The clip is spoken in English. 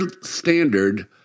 standard